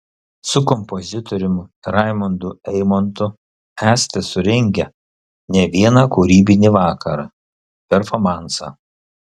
su kompozitoriumi raimundu eimontu esate surengę ne vieną kūrybinį vakarą performansą